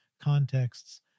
contexts